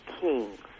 Kings